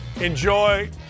Enjoy